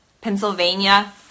Pennsylvania